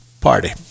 Party